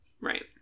Right